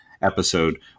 episode